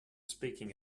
speaking